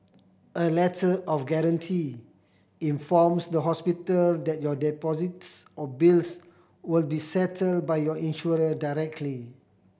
a Letter of Guarantee informs the hospital that your deposits or bills will be settled by your insurer directly